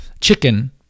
chicken